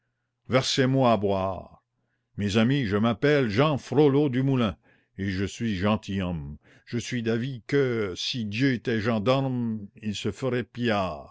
versez moi à boire mes amis je m'appelle jehan frollo du moulin et je suis gentilhomme je suis d'avis que si dieu était gendarme il se ferait